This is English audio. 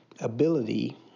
ability